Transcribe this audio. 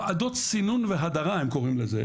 ועדות סינון והדרה הם קוראים לזה,